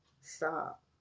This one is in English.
Stop